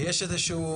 ויש איזשהו,